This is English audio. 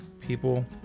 people